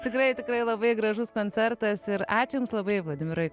tikrai tikrai labai gražus koncertas ir ačiū jums labai vladimirai